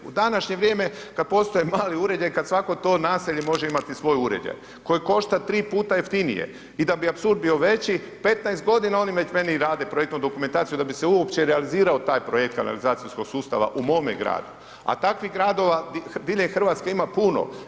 U današnje vrijeme kad postoji mali uređaj, kad svako to naselje može imati svoj uređaj koje košta tri puta jeftinije i da bi apsurd bio veći, 15.g. oni već meni rade projektnu dokumentaciju da bi se uopće realizirao taj projekt kanalizacijskog sustava u mome gradu, a takvih gradova diljem RH ima puno.